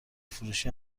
فروشی